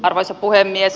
arvoisa puhemies